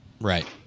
Right